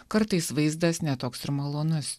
kartais vaizdas ne toks malonus